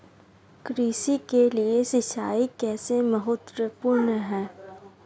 कृषि के लिए सिंचाई कैसे महत्वपूर्ण है?